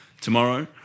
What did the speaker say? tomorrow